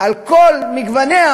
על כל גווניה,